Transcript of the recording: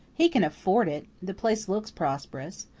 he can afford it the place looks prosperous.